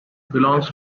belongs